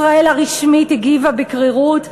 ישראל הרשמית הגיבה בקרירות,